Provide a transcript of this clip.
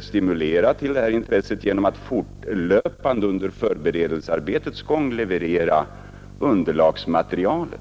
stimulera detta intresse genom att fortlöpande under förberedelsearbetets gång leverera underlagsmaterialet.